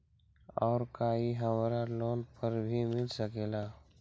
और का इ हमरा लोन पर भी मिल सकेला?